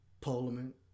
Parliament